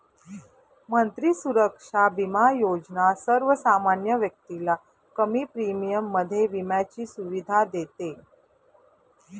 मंत्री सुरक्षा बिमा योजना सर्वसामान्य व्यक्तीला कमी प्रीमियम मध्ये विम्याची सुविधा देते